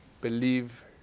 believe